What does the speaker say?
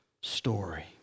story